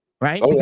right